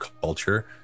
culture